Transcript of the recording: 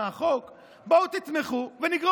היא לא יודעת מה החוק?